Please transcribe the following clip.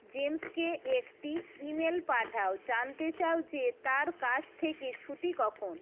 জেমসকে একটি ইমেল পাঠাও জানতে চাও যে তার কাজ থেকে ছুটি কখন